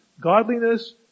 godliness